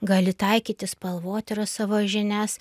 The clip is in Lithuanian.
gali taikyti spalvotyros savo žinias